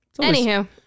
Anywho